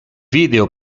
video